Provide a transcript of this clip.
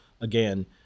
Again